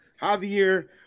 Javier